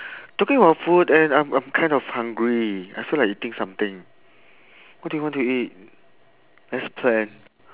talking about food and I'm I'm kind of hungry I feel like eating something what do you want to eat let's plan